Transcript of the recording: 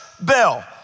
bell